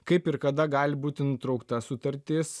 kaip ir kada gali būti nutraukta sutartis